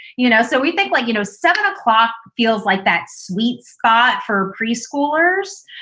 you know, so we think like, you know, seven o'clock feels like that sweet spot for preschoolers.